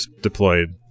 deployed